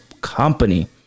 company